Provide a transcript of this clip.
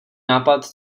nápad